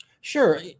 Sure